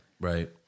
Right